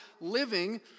living